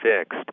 fixed